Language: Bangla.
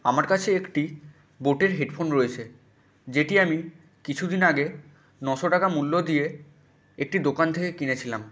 আমার কাছে একটি বোটের হেডফোন রয়েছে যেটি আমি কিছুদিন আগে নশো টাকা মূল্য দিয়ে একটি দোকান থেকে কিনেছিলাম